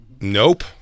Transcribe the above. Nope